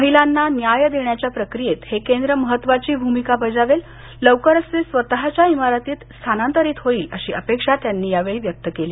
महिलांना न्याय देण्याच्या प्रक्रियेत हे केंद्र महत्वाची भूमिका बजावेल लवकरच ते स्वतच्या इमारतीत स्थानांतरित होईल अशी अपेक्षा त्यांनी यावेळी व्यक्त केली